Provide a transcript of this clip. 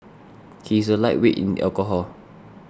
he is a lightweight in alcohol